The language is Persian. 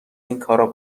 اینکارا